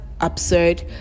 absurd